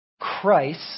Christ